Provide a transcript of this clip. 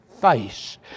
face